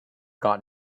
got